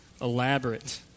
Elaborate